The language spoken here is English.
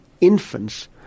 infants